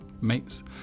mates